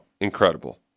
incredible